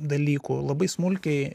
dalykų labai smulkiai